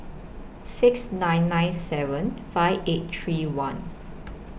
six nine nine seven five eight three one